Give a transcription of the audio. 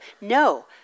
No